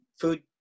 food